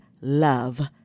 Love